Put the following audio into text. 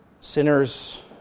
Sinners